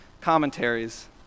commentaries